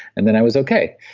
and then i was okay.